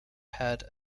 had